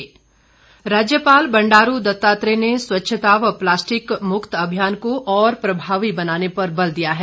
राज्यपाल राज्यपाल बंडारू दत्तात्रेय ने स्वच्छता व प्लास्टिक मुक्त अभियान को और प्रभावी बनाने पर बल दिया है